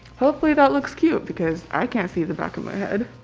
hopefully that looks cute because i can't see the back of my head.